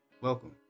Welcome